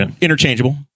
Interchangeable